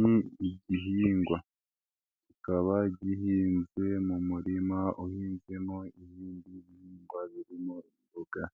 Ni igihingwa, kikaba gihinze mu murima uhinzemo ibindi bihingwa birimo imboga.